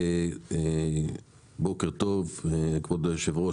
בוקר טוב כבוד היו"ר,